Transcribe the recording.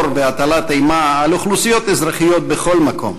והטלת אימה על אוכלוסיות אזרחיות בכל מקום: